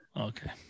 Okay